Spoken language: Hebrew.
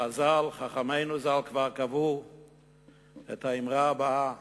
חכמינו ז"ל כבר קבעו את האמרה הבאה: